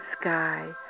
sky